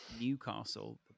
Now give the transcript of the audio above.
Newcastle